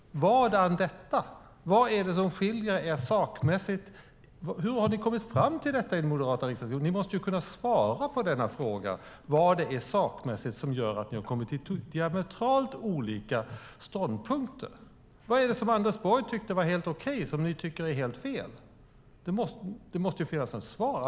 Vadan detta? Vad är det som skiljer er sakmässigt? Hur har ni kommit fram till detta inom den moderata riksdagsgruppen? Ni måste kunna svara på denna fråga. Vad är det sakmässigt som gör att ni har kommit fram till diametralt olika ståndpunkter? Vad är det som Anders Borg tyckte var helt okej som ni tycker är helt fel? Det måste finnas något svar.